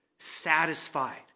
satisfied